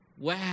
wow